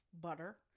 butter